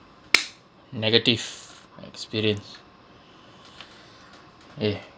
negative experience eh